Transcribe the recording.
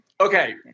okay